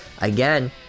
again